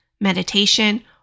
meditation